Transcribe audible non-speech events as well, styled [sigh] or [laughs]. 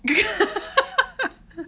[laughs]